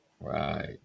Right